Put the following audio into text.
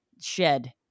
shed